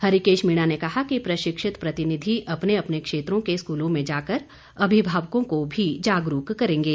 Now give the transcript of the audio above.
हरिकेश मीणा ने कहा कि प्रशिक्षित प्रतिनिधि अपने अपने क्षेत्रों के स्कूलों में जाकर अभिभावकों को भी जागरूक करेंगे